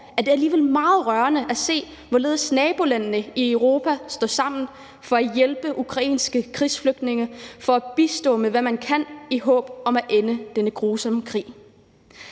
er det alligevel meget rørende at se, hvorledes nabolandene i Europa står sammen for at hjælpe ukrainske krigsflygtninge og for at bistå med, hvad de kan, i håb om at ende denne grusomme krige.